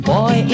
Boy